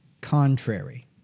Contrary